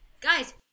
Guys